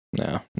No